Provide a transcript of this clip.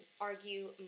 argue